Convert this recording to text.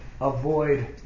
avoid